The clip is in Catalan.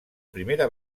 primera